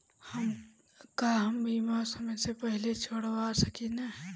का हम बीमा समय से पहले छोड़वा सकेनी?